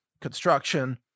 construction